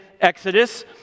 Exodus